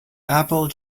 apple